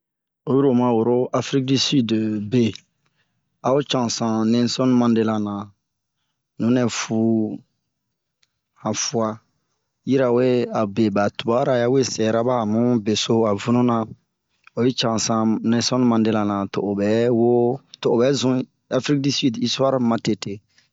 Oyi oma woro Afirikdiside be ,ao cansan Nɛlsɔne Mandela na, nu nɛ fuu han fua yirawe a be ba tubara ya we sɛra ba, a bun be so a vunu na. Oyi cansan Nɛlson Madela na to to o bɛ woo, to o bɛzun Afrik du sidi istuare matete.